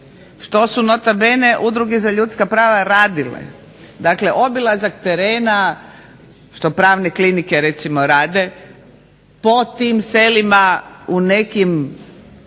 što su nota bene Udruge za ljudska prava radile. Dakle, obilazak terena što prane klinike recimo rade, po tim selima u nekim